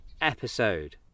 episode